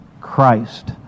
Christ